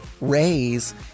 raise